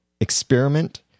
experiment